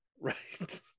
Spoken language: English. right